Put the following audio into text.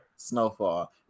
snowfall